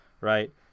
right